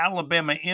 Alabama